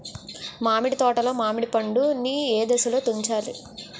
మామిడి తోటలో మామిడి పండు నీ ఏదశలో తుంచాలి?